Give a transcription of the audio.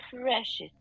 precious